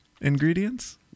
ingredients